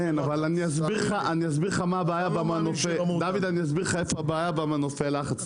דוד, אני אסביר לך איפה הבעיה במנופי הלחץ: